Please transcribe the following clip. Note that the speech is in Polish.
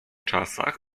czasach